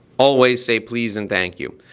always say please and thank you.